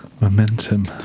Momentum